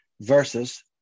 versus